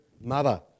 mother